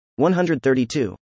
132